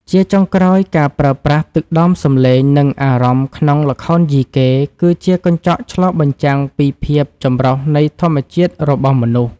ជាចុងក្រោយ ការប្រើប្រាស់ទឹកដមសំឡេង និងអារម្មណ៍ក្នុងល្ខោនយីកេ គឺជាកញ្ចក់ឆ្លុះបញ្ចាំងពីភាពចម្រុះនៃធម្មជាតិរបស់មនុស្ស។